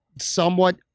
somewhat